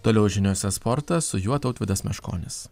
toliau žiniose sportas su juo tautvydas meškonis